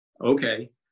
Okay